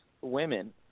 women